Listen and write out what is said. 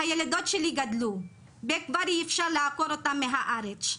הילדות שלי גדלו וכבר אי אפשר לעקור אותן מהארץ,